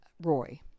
Roy